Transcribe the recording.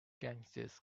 gangsters